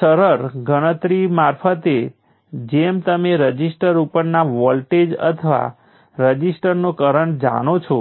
જ્યારે તમારી પાસે સંખ્યાબંધ સોર્સો હોય ત્યારે તે ઓછામાં ઓછો